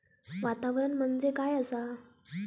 वातावरण म्हणजे काय असा?